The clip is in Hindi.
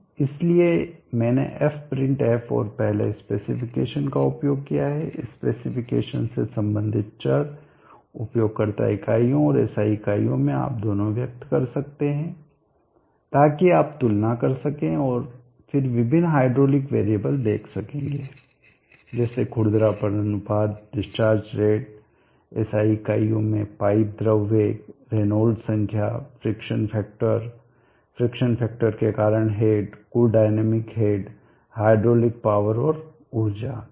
इसलिए मैंने fprintf और पहले स्पेसिफिकेशन का उपयोग किया है स्पेसिफिकेशन से संबंधित सभी चर उपयोगकर्ता इकाइयों और SI इकाइयों में आप दोनों व्यक्त कर सकते हैं ताकि आप तुलना कर सकेंगे और फिर विभिन्न हाइड्रोलिक वेरिएबल देख सकेंगे जैसे खुरदरापन अनुपात डिस्चार्ज रेट एसआई इकाइयों मेंपाइप द्रव वेग रेनॉल्ड्स संख्या फ्रिक्शन फैक्टर फ्रिक्शन फैक्टर के कारण हेड कुल डायनामिक हेड हाइड्रोलिक पावर और ऊर्जा